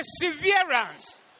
Perseverance